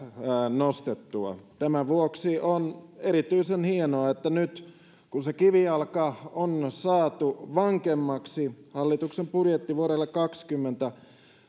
nostettua tämän vuoksi on erityisen hienoa että nyt kun se kivijalka on saatu vankemmaksi hallituksen budjetti vuodelle kaksikymmentä